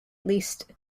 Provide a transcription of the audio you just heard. least